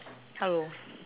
hello